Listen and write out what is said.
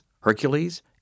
Hercules